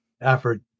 effort